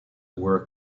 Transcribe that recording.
were